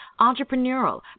entrepreneurial